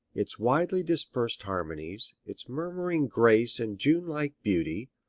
its widely dispersed harmonies, its murmuring grace and june-like beauty,